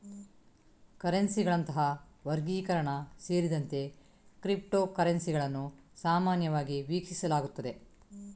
ಕರೆನ್ಸಿಗಳಂತಹ ವರ್ಗೀಕರಣ ಸೇರಿದಂತೆ ಕ್ರಿಪ್ಟೋ ಕರೆನ್ಸಿಗಳನ್ನು ಸಾಮಾನ್ಯವಾಗಿ ವೀಕ್ಷಿಸಲಾಗುತ್ತದೆ